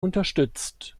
unterstützt